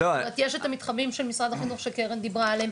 זאת אומרת יש את המתחמים של משרד החינוך שקרן דיברה עליהם,